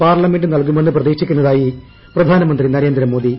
parliament നൽകുമെന്ന് പ്രിത്രീക്ഷിക്കുന്നതായി പ്രധാനമന്ത്രി നരേന്ദ്രമോദി